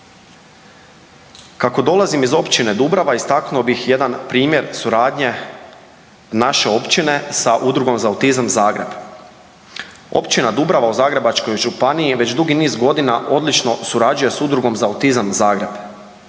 Kako dolazim iz općine Dubrava istaknuo bih jedan primjer suradnje naše općine sa Udrugom za autizam Zagreb. Općina Dubrava u Zagrebačkoj županiji već dugi niz godina odlično surađuje s Udrugom za autizam Zagreb.